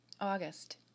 August